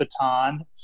baton